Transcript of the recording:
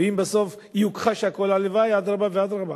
אם בסוף יוכחש הכול, הלוואי, אדרבה ואדרבה.